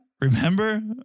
Remember